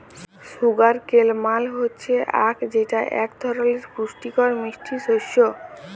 sugar কেল মাল হচ্যে আখ যেটা এক ধরলের পুষ্টিকর মিষ্টি শস্য